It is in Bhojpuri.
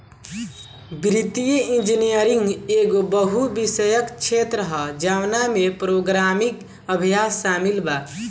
वित्तीय इंजीनियरिंग एगो बहु विषयक क्षेत्र ह जवना में प्रोग्रामिंग अभ्यास शामिल बा